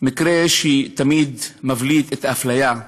מקרה שמבליט את האפליה,